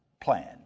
plan